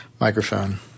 microphone